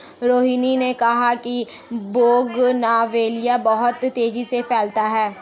रोहिनी ने कहा कि बोगनवेलिया बहुत तेजी से फैलता है